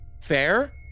Fair